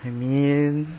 I mean